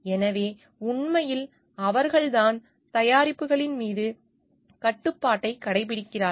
எனவே உண்மையில் அவர்கள்தான் தயாரிப்புகளின் மீது கட்டுப்பாட்டைக் கடைப்பிடிக்கிறார்கள்